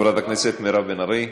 חברת הכנסת מירב בן ארי,